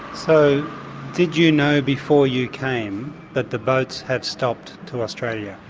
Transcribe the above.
so did you know before you came that the boats had stopped to australia?